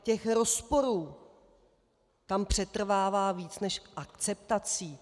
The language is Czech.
Těch rozporů tam přetrvává víc než akceptací.